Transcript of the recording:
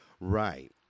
Right